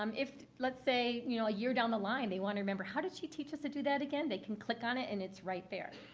um if, let's say, you know, a year down the line they want to remember, how did she teach us to do that again? they can click on it and it's right there.